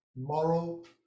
moral